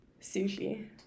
Sushi